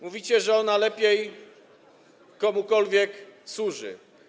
Mówicie, że ona lepiej komukolwiek służy.